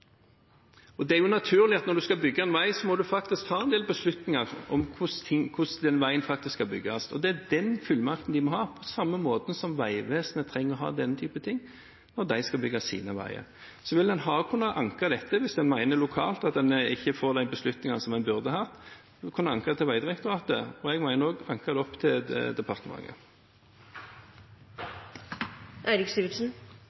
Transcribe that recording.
Det er naturlig når en skal bygge en vei, at en må ta en del beslutninger om hvordan veien faktisk skal bygges. Det er den fullmakten de må ha, på samme måten som Vegvesenet trenger å ha den type ting når de skal bygge sine veier. Så vil en kunne anke dette hvis en mener lokalt at en ikke får de beslutningene som en burde ha. En vil kunne anke til Vegdirektoratet, og jeg mener også anke det opp til